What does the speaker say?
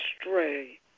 stray